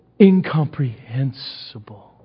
incomprehensible